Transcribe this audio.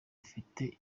afite